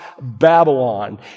Babylon